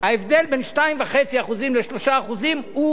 ההבדל בין 2.5% ל-3% הוא